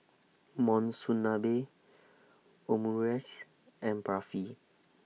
Monsunabe Omurice and Barfi